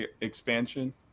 expansion